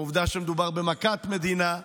נדמה לי, בעובדה שמדובר במכת מדינה,